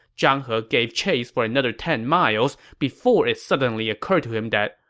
zhang he gave chase for another ten miles before it suddenly occurred to him that,